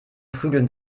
prügeln